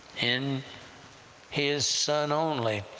in his son only.